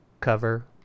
cover